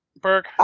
Burke